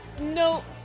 No